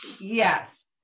yes